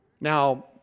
Now